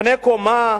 לפני קומה,